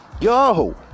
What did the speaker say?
Yo